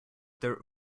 their